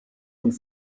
und